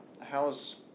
How's